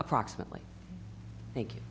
approximately thank